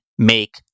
Make